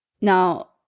Now